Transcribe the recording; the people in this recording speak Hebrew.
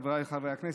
חבריי חברי הכנסת,